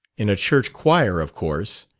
in a church choir, of course.